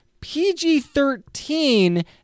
PG-13